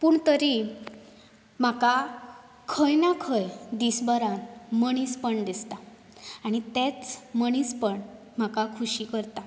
पूण तरी म्हाका खंय ना खंय दिसभरान मनीसपण दिसता आनी तेंच मनीसपण म्हाका खुशी करता